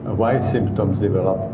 why symptoms develop,